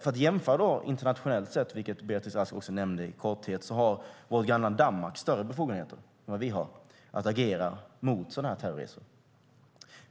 För att jämföra internationellt, vilket Beatrice Ask också nämnde i korthet, har vårt grannland Danmark större befogenheter än vad vi har att agera mot sådana terrorresor.